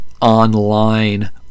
online